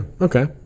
Okay